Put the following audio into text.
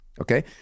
okay